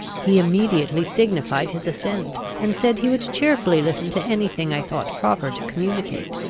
he immediately signified his assent, and said he would cheerfully listen to any thing i thought proper to communicate.